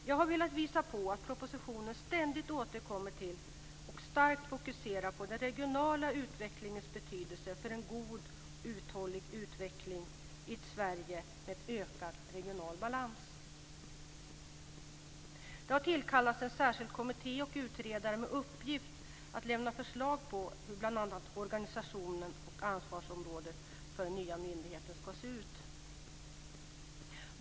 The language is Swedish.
Jag har velat visa på att man i propositionen ständigt återkommer till och starkt fokuserar på den regionala utvecklingens betydelse för en god och uthållig utveckling i ett Sverige med en ökad regional balans. Det har tillkallats en särskild kommitté och utredare med uppgift att lämna förslag bl.a. om hur organisationen och ansvarsområdet för den nya myndigheten ska se ut.